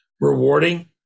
rewarding